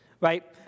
Right